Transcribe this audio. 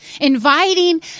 inviting